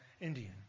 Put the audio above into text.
Indian